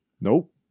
Nope